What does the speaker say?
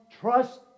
trust